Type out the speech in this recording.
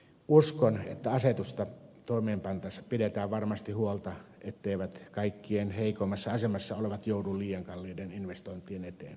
uskon että asetusta toimeenpantaessa pidetään varmasti huolta etteivät kaikkein heikoimmassa asemassa olevat joudu liian kalliiden investointien eteen